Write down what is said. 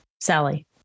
Sally